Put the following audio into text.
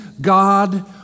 God